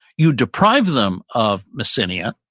you deprive them of messenia,